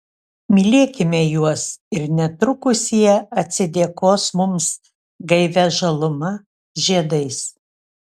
mylėkime juos ir netrukus jie atsidėkos mums gaivia žaluma žiedais